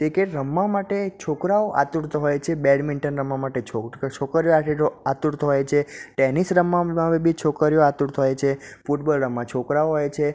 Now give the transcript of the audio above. cricket રમવા માટે છોકરાંઓ આતુર તો હોય છે બેડમિન્ટન રમવા માટે છોકરીઓ આતુર હોય છે ટેનિસ રમવામાં બી છોકરીઓ આતુર હોય છે ફૂટબોલ રમવા છોકરાંઓ હોય છે